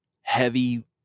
heavy